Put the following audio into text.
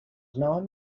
known